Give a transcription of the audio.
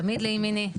תמיד לימיני.